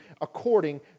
according